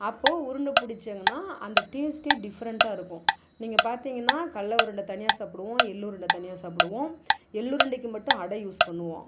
அப்போது உருண்டை பிடிச்சிங்கன்னா அந்த டேஸ்ட்டே டிஃப்ரெண்டாக இருக்கும் நீங்கள் பார்த்தீங்கன்னா கடல உருண்டை தனியாக சாப்பிடுவோம் எள் உருண்டை தனியாக சாப்பிடுவோம் எள் உருண்டைக்கு மட்டும் அடை யூஸ் பண்ணுவோம்